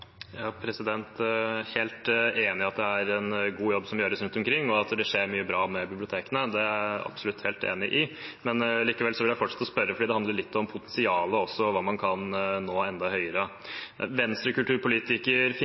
helt enig i at det gjøres en god jobb rundt omkring. At det skjer mye bra med bibliotekene, er jeg absolutt helt enig i. Men likevel vil jeg fortsette å spørre, for det handler litt om potensialet også, hvordan man kan nå enda